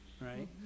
Right